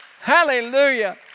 hallelujah